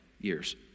years